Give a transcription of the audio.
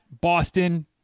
Boston